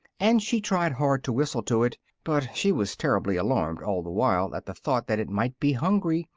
and she tried hard to whistle to it, but she was terribly alarmed all the while at the thought that it might be hungry,